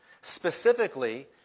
specifically